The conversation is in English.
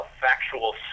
factual